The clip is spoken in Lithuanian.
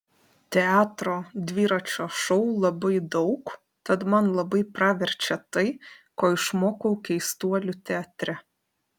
teatro dviračio šou labai daug tad man labai praverčia tai ko išmokau keistuolių teatre